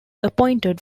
appointed